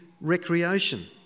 recreation